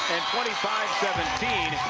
twenty five seventeen